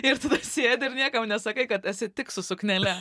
ir tada sėdi ir niekam nesakai kad esi tik su suknele